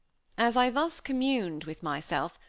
as i thus communed with myself,